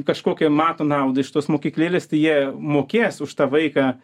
kažkokią mato naudą iš tos mokyklėlės tai jie mokės už tą vaiką